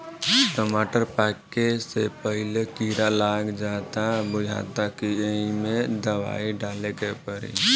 टमाटर पाके से पहिले कीड़ा लाग जाता बुझाता कि ऐइमे दवाई डाले के पड़ी